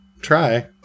try